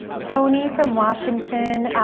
toni from washington.